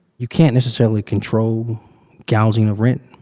you can't necessarily control gouging of rent.